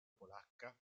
polacca